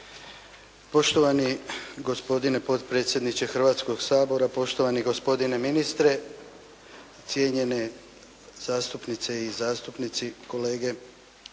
Poštovani gospodine potpredsjedniče Hrvatskoga sabora, poštovani gospodine ministre, cijenjene zastupnice i zastupnici, kolege.